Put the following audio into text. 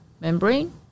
membrane